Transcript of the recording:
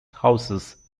houses